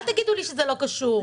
אל תגידו לי שזה לא קשור.